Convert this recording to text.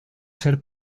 ser